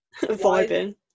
Vibing